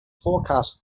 forecast